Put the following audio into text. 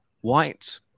white